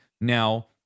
Now